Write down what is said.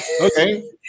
okay